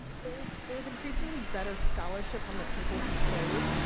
there is there is increasingly better scholarship on the people who stayed.